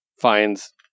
finds